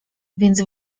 więc